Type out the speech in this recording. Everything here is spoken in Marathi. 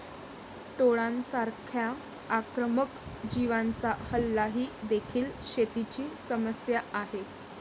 टोळांसारख्या आक्रमक जीवांचा हल्ला ही देखील शेतीची समस्या आहे